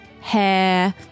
hair